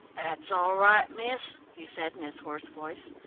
that's all right, miss, he said, in his hoarse voice.